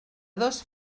dos